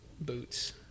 boots